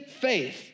faith